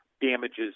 damages